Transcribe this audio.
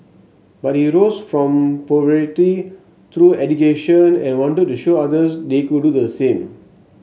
but he rose from poverty through education and wanted to show others they could do the same